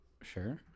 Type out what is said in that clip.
Sure